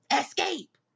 Escape